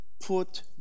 put